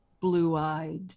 blue-eyed